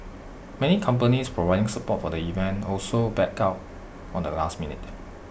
many companies providing support for the event also backed out on the last minute